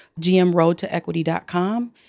GMRoadToEquity.com